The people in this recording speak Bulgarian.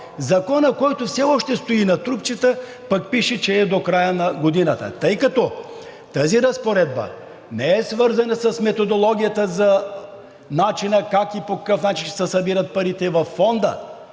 Закона, който все още стои на трупчета, пише, че е до края на годината. Тъй като тази разпоредба не е свързана с методологията за начина – как и по какъв начин ще се събират парите във Фонда,